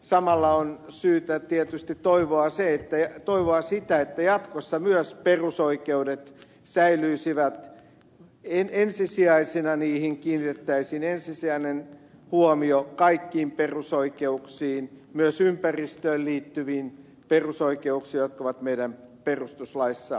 samalla on syytä tietysti toivoa sitä että jatkossa myös perusoikeudet säilyisivät ensisijaisina niin kiire täysin ensisijainen huomio kaikkiin perusoikeuksiin kiinnitettäisiin ensisijaisesti huomiota myös ympäristöön liittyviin perusoikeuksiin jotka on meidän perustuslaissamme määritelty